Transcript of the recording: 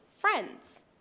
friends